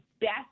best